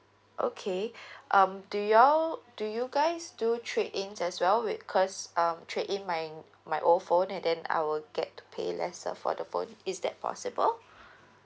okay um do you all do you guys do trade-in as well with cause um trade in my my old phone and then I will get to pay lesser for the phone is that possible